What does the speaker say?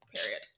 Period